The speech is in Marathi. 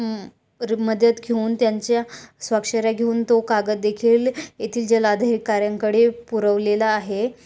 रि मदत घेऊन त्यांच्या स्वाक्षऱ्या घेऊन तो कागददेखील येथील जलाधिकाऱ्यांकडे पुरवलेला आहे